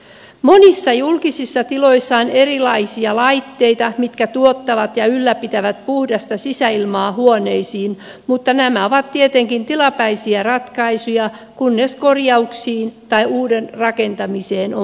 monissa julkisissa tiloissa on erilaisia laitteita mitkä tuottavat ja ylläpitävät puhdasta sisäilmaa huoneisiin mutta nämä ovat tietenkin tilapäisiä ratkaisuja kunnes korjauksiin tai uuden rakentamiseen on mahdollisuutta